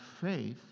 faith